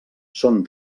són